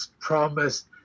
promised